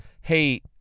hey